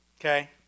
Okay